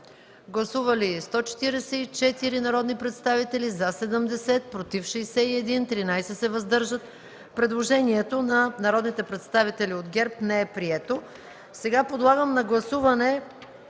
Гласували 143 народни представители: за 73, против 48, въздържали се 22. Предложението на народните представители от ГЕРБ не е прието.